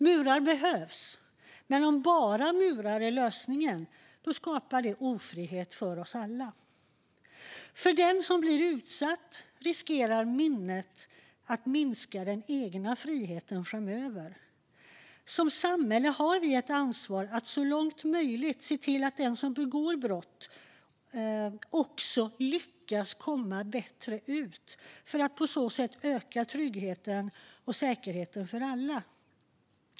Murar behövs, men om bara murar är lösningen skapar det ofrihet för oss alla. För den som blir utsatt riskerar minnet att minska den egna friheten framöver. Som samhälle har vi ett ansvar att så långt som möjligt se till att den som begår brott också lyckas komma ut bättre för att på så sätt öka tryggheten och säkerheten för alla.